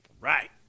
Right